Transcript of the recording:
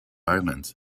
islands